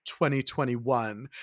2021